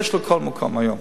יש בכל מקום היום,